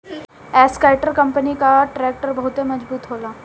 Escort company कअ tractor बहुते मजबूत होला